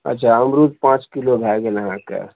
अच्छा अमरूद पाँच किलो भए गेल अहाँके